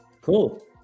Cool